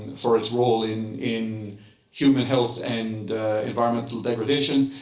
for its role in in human health and environmental degradation.